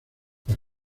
las